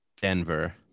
Denver